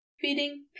feeding